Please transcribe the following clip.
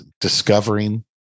discovering